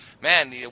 man